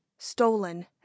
stolen